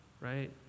right